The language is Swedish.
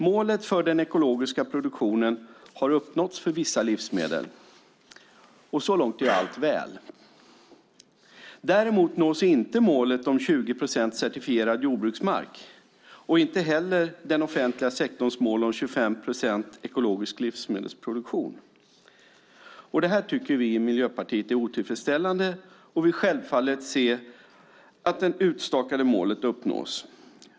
Målet för den ekologiska produktionen har uppnåtts för vissa livsmedel. Och så långt är allt väl. Däremot nås inte målet om 20 procent certifierad jordbruksmark, inte heller den offentliga sektorns mål om 25 procent ekologisk livsmedelsproduktion. Det här tycker vi i Miljöpartiet är otillfredsställande och vill självfallet se att det utstakade målet uppnås.